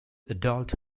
adult